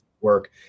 work